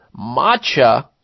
matcha